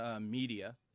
media